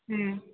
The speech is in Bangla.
হুম